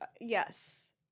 yes